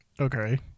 okay